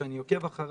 שאני עוקב אחריך,